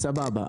סבבה.